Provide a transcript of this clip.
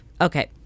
okay